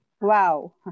Wow